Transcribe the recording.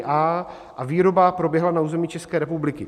a) a výroba proběhla na území České republiky.